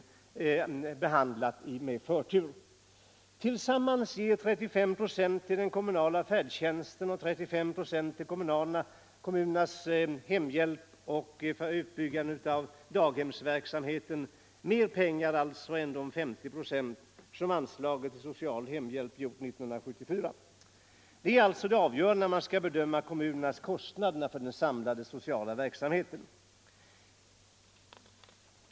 Tillsammans ger statsbidragen om 35 procent till vardera den kommunala färdtjänsten, kommunernas sociala hemhjälp och utbyggnaden av daghemsverksamheten mer pengar än det 50-procentiga bidraget till social hemhjälp 1974. Det är det avgörande när man skall bedöma kommunernas samlade kostnader för denna sociala verksamhet.